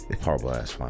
Horrible-ass